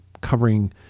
covering